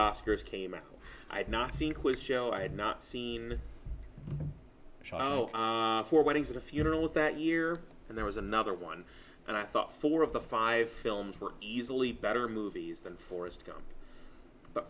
osbournes came out i had not seen quiz show i had not seen shiloh for weddings or funerals that year and there was another one and i thought four of the five films were easily better movies than forrest gump but